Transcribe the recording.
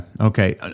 Okay